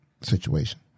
situation